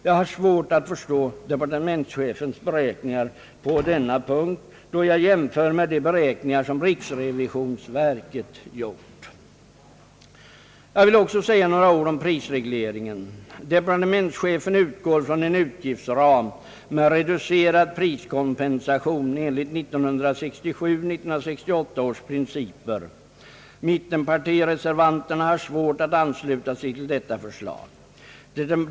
Jag har svårt att förstå departementschefens beräkningar på denna punkt, då jag jämfört med de beräkningar som <riksrevisionsverket har gjort. Jag vill också säga några ord om prisregleringen. : Departementschefen utgår från en utgiftsram med reducerad priskompensation enligt 1967/68 års prin ciper. Mittenpartireservanterna har svårt att ansluta sig till detta förslag.